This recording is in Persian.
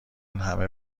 همه